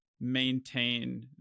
maintain